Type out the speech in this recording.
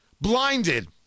Blinded